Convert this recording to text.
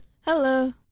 Hello